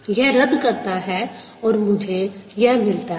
यह रद्द करता है और मुझे यह मिलता है